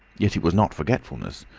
yet it was not forgetfulness,